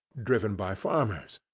driven by farmers.